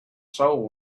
soul